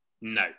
No